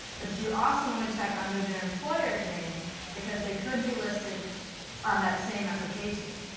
but you also want to check under their employer's name because they could be listed on that same application.